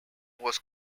was